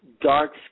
dark